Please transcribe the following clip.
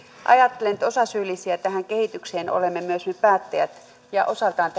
ajattelen että osasyyllisiä tähän kehitykseen olemme myös me päättäjät ja osaltaan